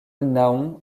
nahon